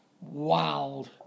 wild